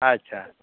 ᱟᱪᱪᱷᱟ